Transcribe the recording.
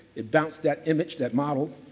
it bounced that image, that model,